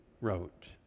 wrote